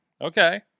Okay